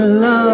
love